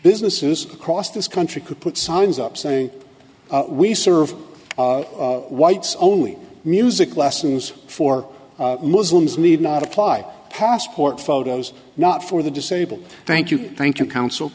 businesses across this country could put signs up saying we serve whites only music lessons for muslims need not apply passport photos not for the disabled thank you thank you coun